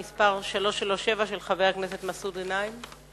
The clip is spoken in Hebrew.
שאל את שר החינוך ביום ג' בחשוון התש"ע (21 באוקטובר 2009):